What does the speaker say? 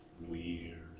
weird